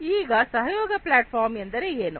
ಈಗ collaborative platform ಎಂದರೆ ಏನು